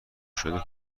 شده